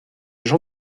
jean